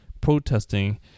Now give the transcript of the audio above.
protesting